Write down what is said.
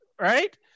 right